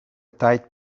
tight